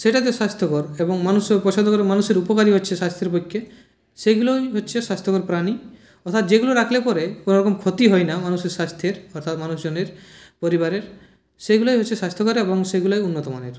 সেটা তো স্বাস্থ্যকর এবং মানুষজন পছন্দ করে মানুষের উপকারই হচ্ছে স্বাস্থ্যের পক্ষে সেগুলোই হচ্ছে স্বাস্থ্যকর প্রাণী অর্থাৎ যেগুলো রাখলে পরে কোনোরকম ক্ষতি হয় না মানুষের স্বাস্থ্যের অর্থাৎ মানুষজনের পরিবারের সেগুলোই হচ্ছে স্বাস্থ্যকর এবং সেগুলোই উন্নতমানের